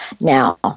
now